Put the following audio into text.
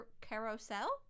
Carousel